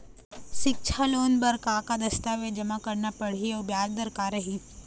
सिक्छा लोन बार का का दस्तावेज जमा करना पढ़ही अउ ब्याज दर का रही?